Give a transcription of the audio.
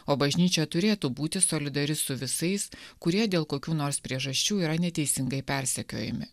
o bažnyčia turėtų būti solidari su visais kurie dėl kokių nors priežasčių yra neteisingai persekiojami